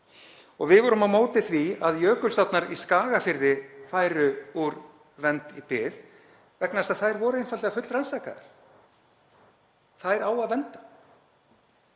Við vorum á móti því að jökulsárnar í Skagafirði færu úr vernd í bið vegna þess að þær voru einfaldlega fullrannsakaðar, þær á að vernda.